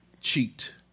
cheat